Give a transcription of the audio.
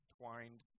twined